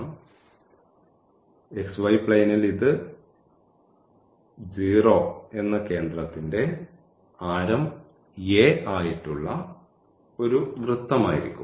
അതിനാൽ xy പ്ലെയ്നിൽ ഇത് 0 എന്ന കേന്ദ്രത്തിന്റെ ആരം a ആയിട്ടുള്ള ഒരു വൃത്തമായിരിക്കും